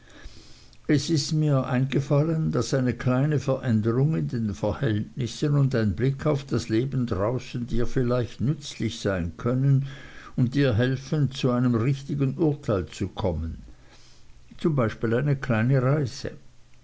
es ist mir eingefallen daß eine kleine veränderung in den verhältnissen und ein blick auf das leben draußen dir vielleicht nützlich sein können und dir helfen zu einem richtigen urteil zu kommen zum beispiel eine kleine reise